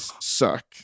suck